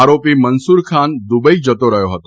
આરોપી મંસૂરખાન દૂબઇ જતો રહ્યો હતો